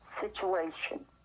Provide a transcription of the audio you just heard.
situation